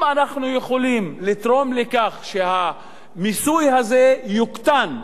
אם אנחנו יכולים לתרום לכך שהמיסוי הזה יוקטן,